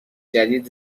جدید